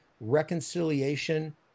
reconciliation